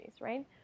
right